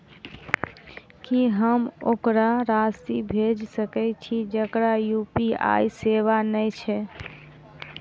की हम ओकरा राशि भेजि सकै छी जकरा यु.पी.आई सेवा नै छै?